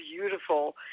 beautiful